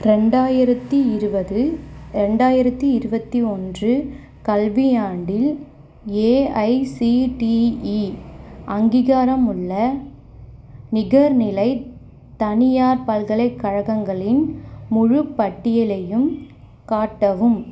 ரெண்டாயிரத்து இருபது ரெண்டாயிரத்து இருபத்தி ஒன்று கல்வியாண்டில் ஏஐசிடிஇ அங்கீகாரமுள்ள நிகர்நிலை தனியார் பல்கலைக்கழகங்களின் முழுப் பட்டியலையும் காட்டவும்